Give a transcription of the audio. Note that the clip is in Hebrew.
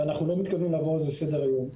ואנחנו לא מתכוונים לעבור על זה לסדר היום.